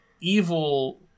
evil